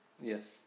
Yes